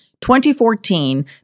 2014